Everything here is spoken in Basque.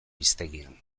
hiztegian